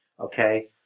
okay